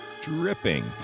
dripping